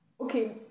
okay